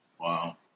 Wow